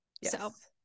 Yes